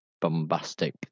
bombastic